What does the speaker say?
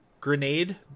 grenade